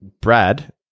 brad